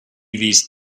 these